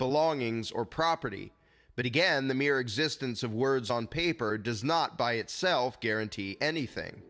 belongings or property but again the mere existence of words on paper does not by itself guarantee anything